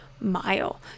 mile